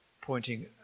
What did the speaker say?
pointing